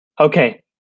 Okay